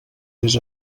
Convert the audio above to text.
més